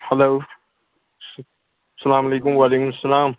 hello السلام علیکُم وعلیکُم السلام